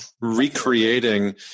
recreating